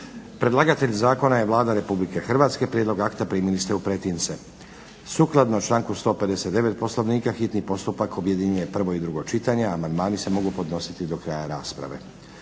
Predlagatelj zakona je Vlada Republike Hrvatske. Prijedlog akta primili ste u pretince. Sukladno članku 159. Poslovnika hitni postupak objedinjuje prvo i drugo čitanje. Amandmani se mogu podnositi do kraja rasprave.